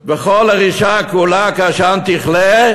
וכל הרשעה כולה כעשן תכלה,